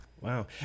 Wow